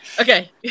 Okay